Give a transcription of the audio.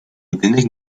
budynek